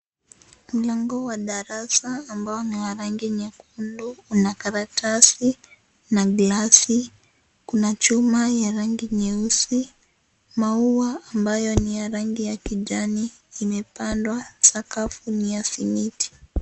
Mlango wa darasa ambao ni wa rangi nyekundu. Kuna karatasi na glasi. Kuna chuma ya rangi nyeusi. Maua ambayo ni ya rangi ya kijani, imepandwa. Sakafu ni ya simiti.